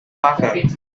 parker